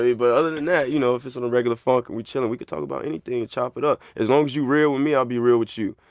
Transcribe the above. but other than that, you know, if it's on a regular funk and we chilling, we can talk about anything and chop it up. as long as you real with me, i'll be real with you.